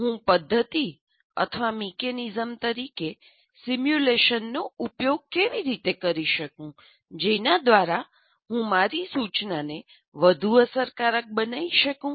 હું પદ્ધતિ અથવા મિકેનિઝમ તરીકે સિમ્યુલેશનનો ઉપયોગ કેવી રીતે કરી શકું જેના દ્વારા હું મારી સૂચનાને વધુ અસરકારક બનાવી શકું